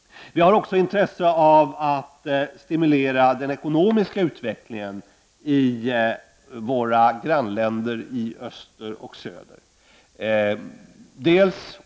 Vi har också intresse av att stimulera den ekonomiska utvecklingen i våra grannländer i öster och söder.